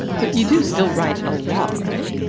but you do still write a lot, right?